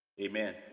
Amen